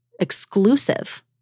exclusive